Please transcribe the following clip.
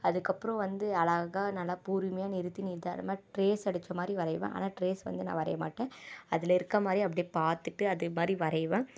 அதுக்கப்புறம் வந்து அழகாக நல்லா பொறுமையாக நிறுத்தி நிதானமாக ட்ரேஸ் அடிச்ச மாதிரி வரைவேன் ஆனால் ட்ரேஸ் வந்து நான் வரைய மாட்டேன் அதில் இருக்கா மாதிரி அப்படியே பார்த்துட்டு அதே மாதிரி வரைவேன்